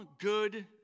good